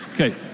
Okay